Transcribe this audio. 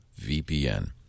VPN